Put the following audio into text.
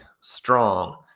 strong